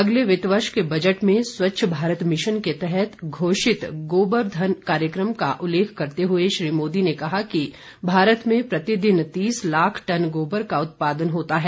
अगले वित्तवर्ष के बजट में स्वच्छ भारत मिशन के तहत घोषित गोबर धन कार्यक्रम का उल्लेख करते हुए श्री मोदी ने कहा कि भारत में प्रतिदिन तीस लाख टन गोबर का उत्पादन होता है